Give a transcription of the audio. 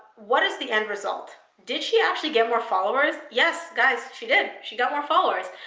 what is the end result? did she actually get more followers? yes, gus, she did. she got more followers.